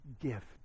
gift